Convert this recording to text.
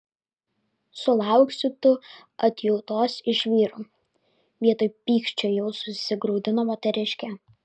sulauksi tu atjautos iš vyrų vietoj pykčio jau susigraudino moteriškė